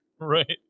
Right